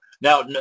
Now